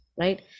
right